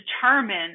determine